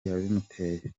yabimuteye